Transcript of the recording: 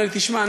אומר לי: תשמע,